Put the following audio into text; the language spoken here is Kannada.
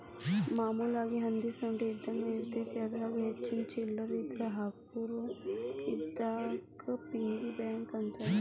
ಮಾಮೂಲಾಗಿ ಹಂದಿ ಸೊಂಡಿ ಇದ್ದಂಗ ಇರತೈತಿ ಅದರಾಗ ಹೆಚ್ಚಿಗಿ ಚಿಲ್ಲರ್ ಇದ್ರ ಹಾಕ್ತಾರಾ ಅದಕ್ಕ ಪಿಗ್ಗಿ ಬ್ಯಾಂಕ್ ಅಂತಾರ